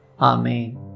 amen